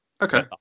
Okay